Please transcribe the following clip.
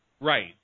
Right